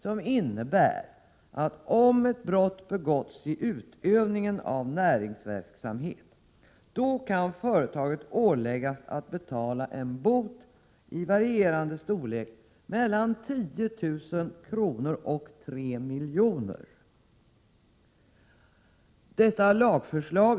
Det innebär att ett företag, om ett brott begåtts vid utövningen av näringsverksamhet, kan åläggas att betala en bot, i storlek varierande mellan 10 000 kr. och 3 milj.kr.